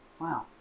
Wow